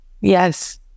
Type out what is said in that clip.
yes